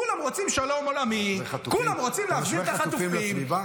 כולם רוצים שלום עולמי --- אתה משווה חטופים לסביבה?